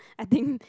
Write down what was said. I didn't